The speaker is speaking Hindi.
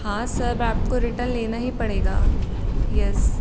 हाँ सर अब आपको रिटर्न लेना ही पड़ेगा येस